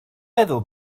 meddwl